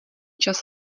čas